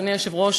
אדוני היושב-ראש,